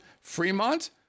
Fremont